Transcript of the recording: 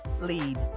lead